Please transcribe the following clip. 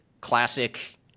classic